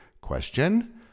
question